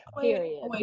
Period